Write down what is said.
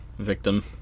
victim